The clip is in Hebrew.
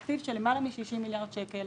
תקציב של למעלה מ-60 מיליארד שקל,